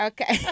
Okay